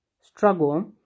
struggle